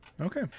Okay